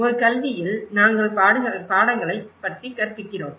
ஒரு கல்வியில் நாங்கள் பாடங்களைப் பற்றி கற்பிக்கிறோம்